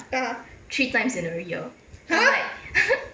(uh huh) !huh!